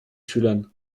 schülern